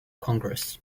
congress